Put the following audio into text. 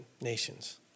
nations